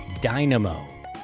Dynamo